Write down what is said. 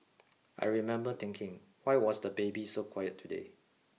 I remember thinking why was the baby so quiet today